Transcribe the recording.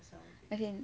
as in